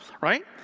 right